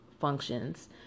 functions